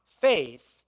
faith